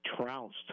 Trounced